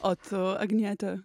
o tu agniete